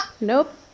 nope